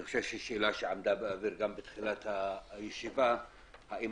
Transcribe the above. שאלה שעמדה באוויר בתחילת הישיבה הייתה האם